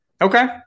Okay